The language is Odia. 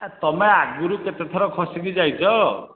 ତୁମେ ଆଗରୁ କେତେ ଥର ଖସିକି ଯାଇଛ